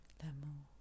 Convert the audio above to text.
L'amour